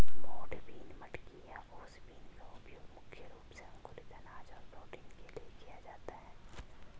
मोठ बीन, मटकी या ओस बीन का उपयोग मुख्य रूप से अंकुरित अनाज और प्रोटीन के लिए किया जाता है